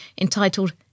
entitled